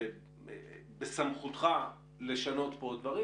בסמכותך לשנות דברים.